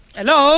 Hello